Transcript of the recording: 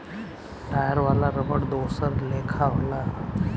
tyre वाला रबड़ दोसर लेखा होला